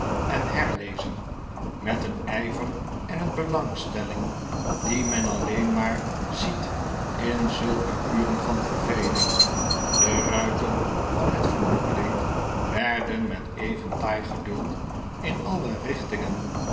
en herlezen met een ijver en een belangstelling die men alleen maar ziet in zulke uren van verveling de ruiten van het vloerkleed werden met even taai geduld in alle richtingen